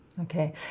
Okay